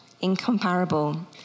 incomparable